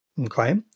okay